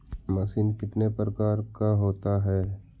Machine कितने प्रकार का होता है?